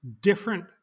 different